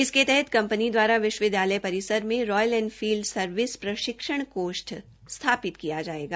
इसके अंतर्गत कंपनी द्वारा विश्वविद्यालय परिसर में रॉयल एनफील्ड सर्विस प्रशिक्षण प्रकोष्ठ स्थापित किया जाएगा